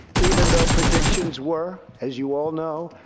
even though predictions were, as you all know,